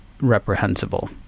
reprehensible